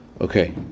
Okay